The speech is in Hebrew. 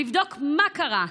לבדוק מה קרה,